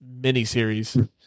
miniseries